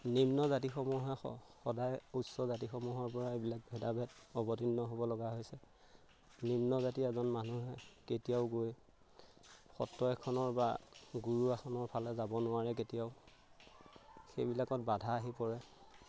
নিম্ন জাতিসমূহে স সদায় উচ্চ জাতিসমূহৰ পৰা এইবিলাক ভেদাভেদ অৱতীৰ্ণ হ'ব লগা হৈছে নিম্ন জাতিৰ এজন মানুহে কেতিয়াও গৈ সত্ৰ এখনৰ বা গুৰু আসনৰ ফালে যাব নোৱাৰে কেতিয়াও সেইবিলাকত বাধা আহি পৰে